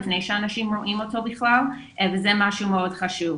לפני שאנשים רואים אותו בכלל וזה משהו מאוד חשוב.